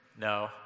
No